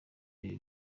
ibi